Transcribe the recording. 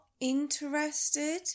interested